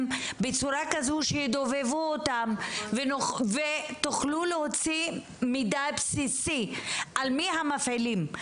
בצורה כזו שידובבו אותם ותוכלו להוציא מידע בסיסי על מי הם המפעילים.